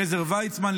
עזר ויצמן,